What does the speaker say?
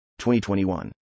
2021